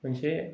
मोनसे